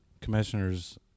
commissioners